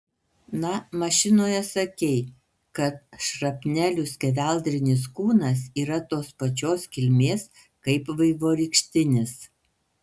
na mašinoje sakei kad šrapnelių skeveldrinis kūnas yra tos pačios kilmės kaip vaivorykštinis